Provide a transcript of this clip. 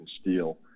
steel